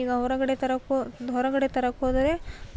ಈಗ ಹೊರಗಡೆ ತರೋಕ್ಕೂ ಹೊರಗಡೆ ತರೋಕ್ಕೋದರೆ